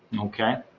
okay,